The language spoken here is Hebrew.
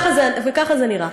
וככה זה נראה.